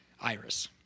iris